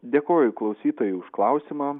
dėkoju klausytojai už klausimą